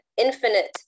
infinite